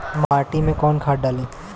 माटी में कोउन खाद डाली?